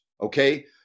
okay